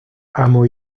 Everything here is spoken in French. hameau